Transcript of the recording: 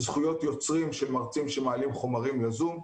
זכויות יוצרים של מרצים שמעלים חומרים לזום,